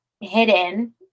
hidden